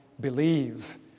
believe